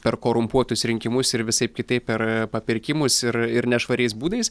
per korumpuotus rinkimus ir visaip kitaip per papirkimus ir ir nešvariais būdais